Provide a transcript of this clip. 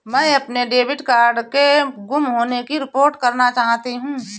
मैं अपने debit card के गुम होने की रिपोर्ट करना चाहती हूँ